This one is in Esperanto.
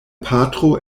patro